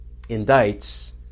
indicts